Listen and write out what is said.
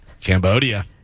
Cambodia